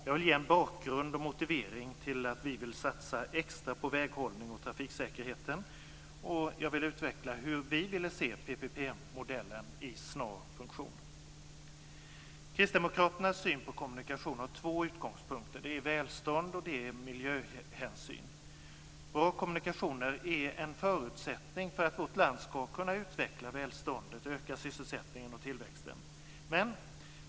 Jag vill ge en bakgrund och motivering till att vi vill satsa extra på väghållningen och trafiksäkerheten och utveckla hur vi vill se PPP-modellen i snar funktion. Kristdemokraternas syn på kommunikationer har två utgångspunkter. Det är välstånd och miljöhänsyn. Bra kommunikationer är en förutsättning för att vårt land ska kunna utveckla välståndet och öka sysselsättningen och tillväxten.